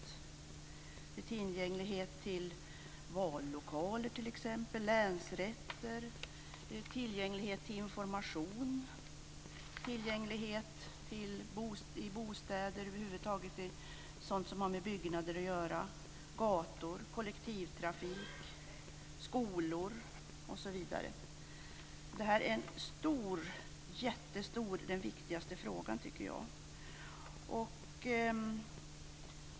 Det kan vara tillgänglighet till vallokaler och länsrätter, tillgänglighet till information, över huvud taget tillgänglighet till olika byggnader, gator, kollektivtrafik, skolor osv. Jag tycker att detta är den viktigaste frågan.